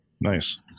nice